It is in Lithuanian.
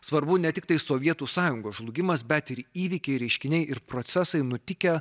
svarbu ne tiktai sovietų sąjungos žlugimas bet ir įvykiai reiškiniai ir procesai nutikę